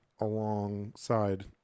alongside